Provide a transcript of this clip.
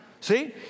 See